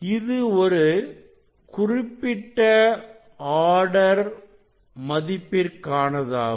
இது ஒரு குறிப்பிட்ட ஆர்டர் மதிப்பிற்கானதாகும்